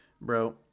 bro